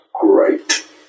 great